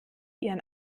ihren